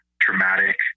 traumatic